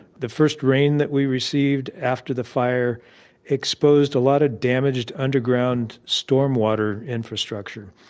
the first rain that we received after the fire exposed a lot of damaged underground storm-water infrastructure.